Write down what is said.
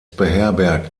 beherbergt